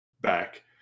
back